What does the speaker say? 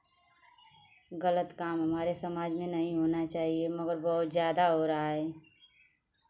ग़लत काम हमारे समाज में नहीं होना चाहिए मग़र बहुत ज़्यादा हो रहा है